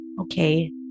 Okay